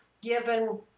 given